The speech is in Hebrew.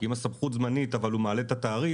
כי אם הסמכות זמנית אבל הוא מעלה את התעריף,